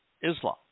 Islam